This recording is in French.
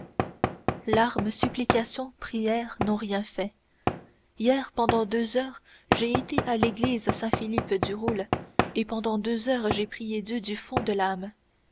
larmes supplications prières n'ont rien fait hier pendant deux heures j'ai été à l'église saint philippe du roule et pendant deux heures j'ai prié dieu du fond de l'âme